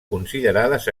considerades